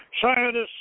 Scientists